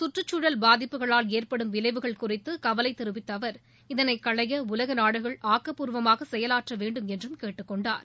சுற்றுச்சூழல் பாதிப்புகளால் ஏற்படும் விளைவுகள் குறித்து கவலை தெரிவித்த அவர் இதனை களைய உலக நாடுகள் ஆக்கப்பூர்வமாக செயலாற்ற வேண்டும் என்றும் கேட்டுக்கொண்டார்